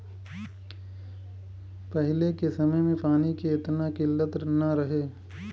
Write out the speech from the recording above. पहिले के समय में पानी के एतना किल्लत ना रहे